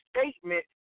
statement